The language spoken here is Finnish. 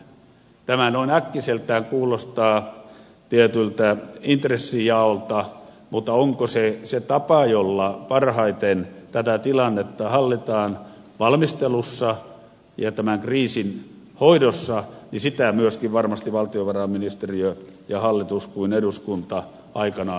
tämä noin äkkiseltään kuulostaa tietyltä intressijaolta mutta myöskin sitä onko tämä se tapa jolla parhaiten tätä tilannetta hallitaan valmistelussa ja tämän kriisin hoidossa varmasti niin valtiovarainministeriö ja hallitus kuin eduskuntakin aikanaan miettii